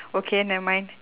okay never mind